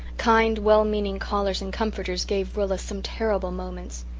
kind, well-meaning callers and comforters gave rilla some terrible moments.